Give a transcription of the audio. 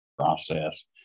process